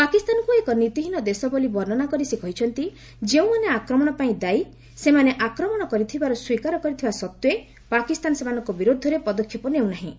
ପାକିସ୍ତାନକୁ ଏକ ନୀତିହୀନ ଦେଶ ବୋଲି ବର୍ଷନା କରି ସେ କହିଛନ୍ତି ଯେଉଁମାନେ ଆକ୍ରମଣ ପାଇଁ ଦାୟୀ ସେମାନେ ଆକ୍ରମଣ କରିଥିବାର ସ୍ୱୀକାର କରିଥିବା ସତ୍ତ୍ୱେ ପାକିସ୍ତାନ ସେମାନଙ୍କ ବିରୁଦ୍ଧରେ ପଦକ୍ଷେପ ନେଉ ନାହିଁ